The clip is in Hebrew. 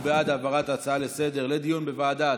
הוא בעד העברת ההצעה לסדר-היום לדיון בוועדת,